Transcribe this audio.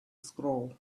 scroll